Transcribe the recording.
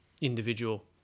individual